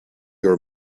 your